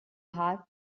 hard